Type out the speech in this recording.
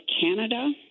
Canada